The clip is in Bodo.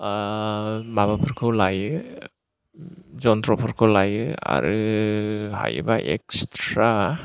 माबाफोरखौ लायो जन्त्रफोरखौ लायो आरो हायोबा एक्सट्रा